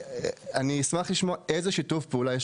אני אשמח לשמוע איזה שיתוף פעולה יש